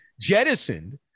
jettisoned